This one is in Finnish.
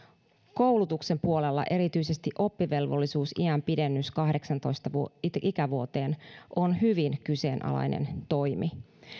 koulutuksen puolella erityisesti oppivelvollisuusiän pidennys kahdeksaantoista ikävuoteen on hyvin kyseenalainen toimi